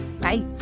Bye